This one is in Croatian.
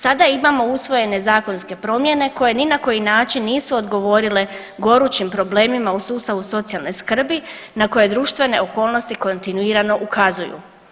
Sada imamo usvojene zakonske promjene koje ni na koji način nisu odgovorile gorućim problemima u sustavu socijalne skrbi na koje društvene okolnosti kontinuirano ukazuju.